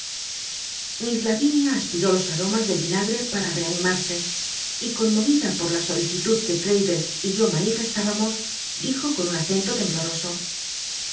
miss lavinia aspiró los aromas del vinagre para rean imarse y conmovida por la solicitud que traddles y yo manifcst ibamos dijo con un acento tembloroso